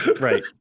Right